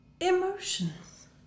emotions